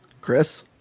Chris